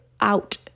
out